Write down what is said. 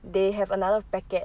they have another packet